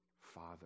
father